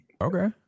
okay